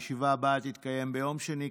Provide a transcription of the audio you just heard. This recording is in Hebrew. הישיבה הבאה תתקיים ביום שני,